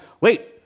wait